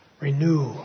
Renew